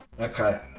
Okay